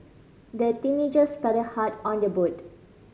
the teenagers paddled hard on their boat